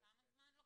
כמה זמן?